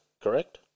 Correct